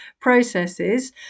processes